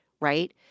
right